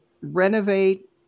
renovate